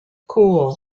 cool